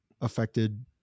affected